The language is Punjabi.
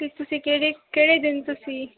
ਅਤੇ ਤੁਸੀਂ ਕਿਹੜੇ ਕਿਹੜੇ ਦਿਨ ਤੁਸੀਂ